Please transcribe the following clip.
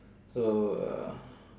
so uh